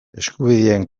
eskubideen